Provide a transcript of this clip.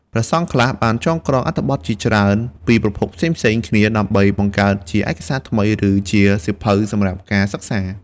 ព្រះសង្ឃខ្លះបានចងក្រងអត្ថបទជាច្រើនពីប្រភពផ្សេងៗគ្នាដើម្បីបង្កើតជាឯកសារថ្មី ឬជាសៀវភៅសម្រាប់ការសិក្សា។